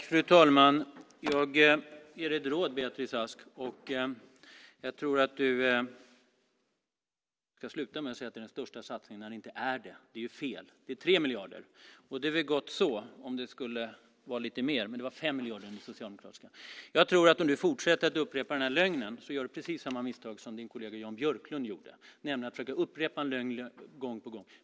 Fru talman! Jag är i beråd, Beatrice Ask. Jag tycker att du ska sluta med att säga att det är den största satsningen, när det inte är det. Det är fel! Det är 3 miljarder. Det är väl gott så, om det skulle vara lite mer, men det var 5 miljarder i den socialdemokratiska. Om du fortsätter att upprepa den här lögnen gör du precis samma misstag som din kollega Jan Björklund gjorde, nämligen att försöka upprepa en lögn gång på gång.